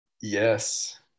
yes